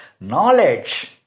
knowledge